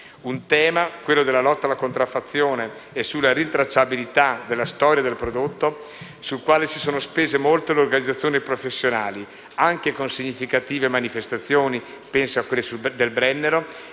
Un tema, quello della lotta alla contraffazione e sulla rintracciabilità della storia del prodotto, sul quale si sono spese molto le organizzazioni professionali, anche con significative manifestazioni, come quelle sul Brennero,